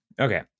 Okay